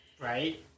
right